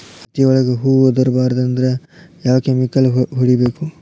ಹತ್ತಿ ಒಳಗ ಹೂವು ಉದುರ್ ಬಾರದು ಅಂದ್ರ ಯಾವ ಕೆಮಿಕಲ್ ಹೊಡಿಬೇಕು?